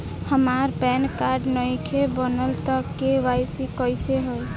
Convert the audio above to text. हमार PAN card नईखे बनल त के.वाइ.सी कइसे होई?